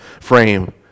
frame